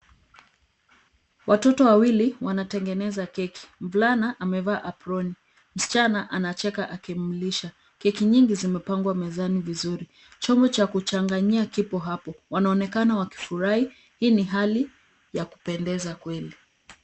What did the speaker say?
Watoto wawili wana keki. Mvulana amevaa aproni. Msichana anacheka akimlisha. Keki nyingi zimepangwa mezani vizuri. Chombo cha kuchanganyia kipo hapo. Wanonekana wakifurahi hii ni hali ya kupendeza kweli.